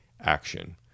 action